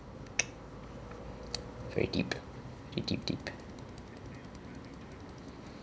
very deep deep deep